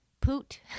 Poot